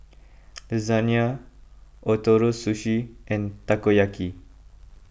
Lasagne Ootoro Sushi and Takoyaki